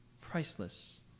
priceless